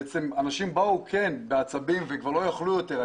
אנשים כן באו בעצבים, הם כבר לא יכלו יותר.